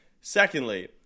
Secondly